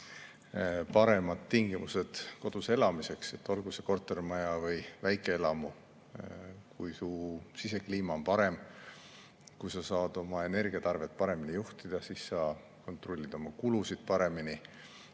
paremad tingimused kodus elamiseks, olgu koduks kortermaja või väikeelamu. Kui sisekliima on parem, kui sa saad oma energiatarvet paremini juhtida, siis sa kontrollid oma kulusid paremini.